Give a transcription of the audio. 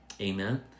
Amen